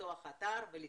לפתוח אתר ולקרוא.